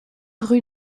rue